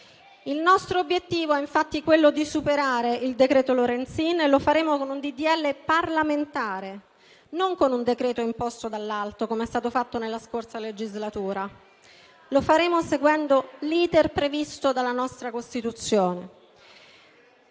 Il nostro obiettivo è infatti quello di superare il decreto Lorenzin e lo faremo con un disegno di legge parlamentare, non con un decreto-legge imposto dall'alto com'è stato fatto nella scorsa legislatura. Lo faremo seguendo l'*iter* previsto dalla nostra Costituzione.